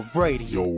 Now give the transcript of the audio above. radio